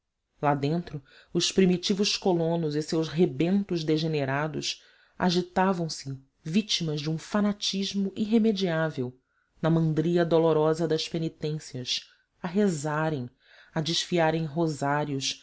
lá dentro os primitivos colonos e os seus rebentos degenerados agitavam-se vítimas de um fanatismo irremediável na mandria dolorosa das penitências a rezarem a desfiarem rosários